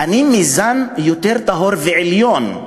אני מזן יותר טהור ועליון.